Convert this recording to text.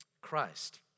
Christ